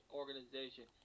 organization